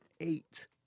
eight